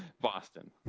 Boston